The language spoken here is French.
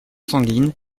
sanguine